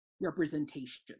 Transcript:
representation